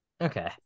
Okay